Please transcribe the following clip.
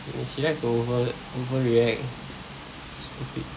she like to over overreact stupid